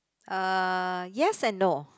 uh yes and no